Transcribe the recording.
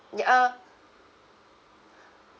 ya uh